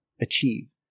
achieve